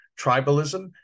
Tribalism